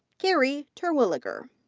carrie terwilliger.